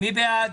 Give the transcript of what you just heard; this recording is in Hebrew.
מי בעד?